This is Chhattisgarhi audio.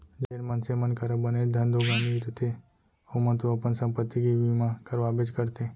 जेन मनसे मन करा बनेच धन दो गानी रथे ओमन तो अपन संपत्ति के बीमा करवाबेच करथे